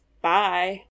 Bye